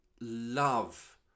love